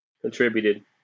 contributed